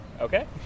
Okay